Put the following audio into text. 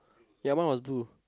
ya mine was blue